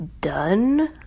done